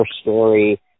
story